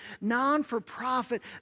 non-for-profit